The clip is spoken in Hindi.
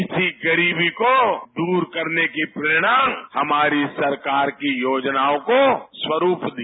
इसी गरीबी को दूर करने की प्रेरणा ने हमारी सरकार की योजनाओं को स्वरूप दिया